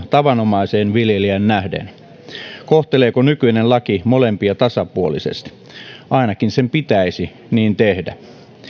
tavanomaiseen viljelijään nähden kohteleeko nykyinen laki molempia tasapuolisesti ainakin sen pitäisi niin tehdä